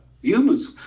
humans